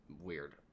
weird